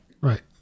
Right